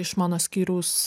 iš mano skyriaus